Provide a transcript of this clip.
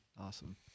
Awesome